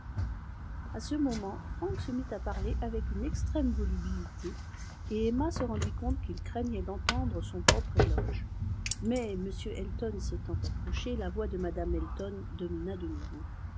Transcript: à ce moment frank se mit à parler avec une extrême volubilité et emma se rendit compte qu'il craignait d'entendre son propre éloge mais m elton s'étant approché la voix de mme elton domina de nouveau